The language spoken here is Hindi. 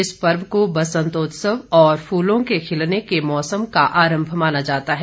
इस पर्व को बसंतोत्सव और फूलों के खिलने के मौसम का आरंभ माना जाता है